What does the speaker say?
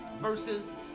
versus